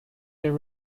there